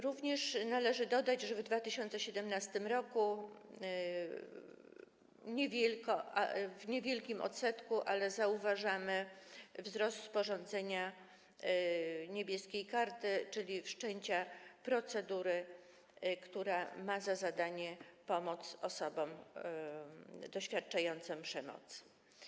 Również należy dodać, że w 2017 r. w niewielkim odsetku, ale zauważamy wzrost sporządzenia „Niebieskiej karty”, czyli wszczęcia procedury, która ma za zadanie pomoc osobom doświadczającym przemocy.